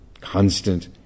constant